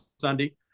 Sunday